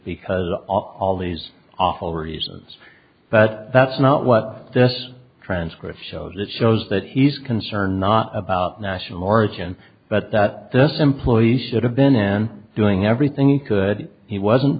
all all these awful reasons but that's not what this transcript shows that shows that he's concerned not about national origin but that this employee should have been doing everything he could he wasn't